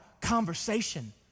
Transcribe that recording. conversation